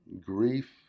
grief